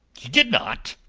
he did not,